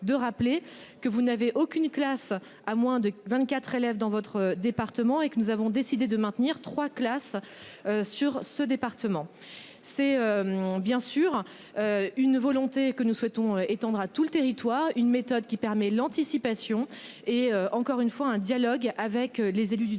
de rappeler que vous n'avez aucune classe à moins de 24 élèves dans votre département et que nous avons décidé de maintenir 3 classes. Sur ce département, c'est. Bien sûr. Une volonté que nous souhaitons étendre à tout le territoire. Une méthode qui permet l'anticipation et encore une fois, un dialogue avec les élus du département.